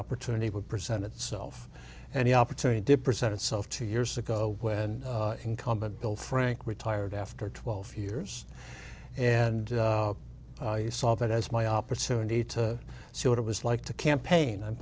opportunity would present itself and the opportunity to present itself two years ago when incumbent bill frank retired after twelve years and he saw that as my opportunity to see what it was like to campaign and